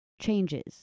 changes